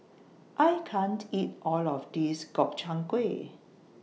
I can't eat All of This Gobchang Gui